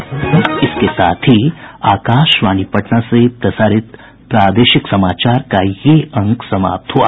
इसके साथ ही आकाशवाणी पटना से प्रसारित प्रादेशिक समाचार का ये अंक समाप्त हुआ